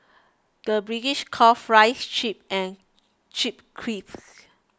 the British calls Fries Chips and Chips Crisps